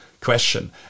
question